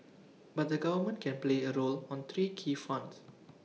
but the government can play A role on three key fronts